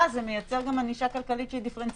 ואז זה מייצר ענישה כלכלית שהיא דיפרנציאלית,